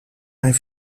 mijn